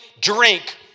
drink